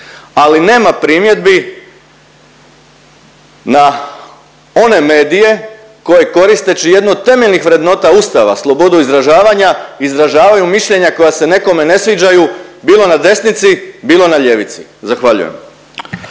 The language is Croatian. ali nema primjedbi na one medije koje koristeći jedno od temeljnih vrednota Ustava, slobodu izražavanja, izražavaju mišljenja koja se nekome ne sviđaju bilo na desnici bilo na ljevici, zahvaljujem.